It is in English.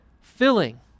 filling